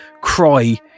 cry